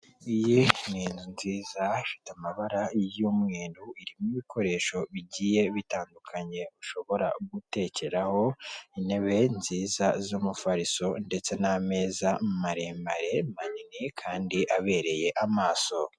Iyi ni inzu nziza ifite amabara y'umweru irimo ibikoresho bigiye bitandukanye ushobora gutekeraho intebe nziza z'umufariso, ndetse n'ameza maremare manini kandi abereye amaso.